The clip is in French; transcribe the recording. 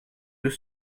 deux